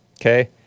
Okay